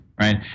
right